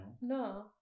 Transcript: No